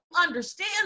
understand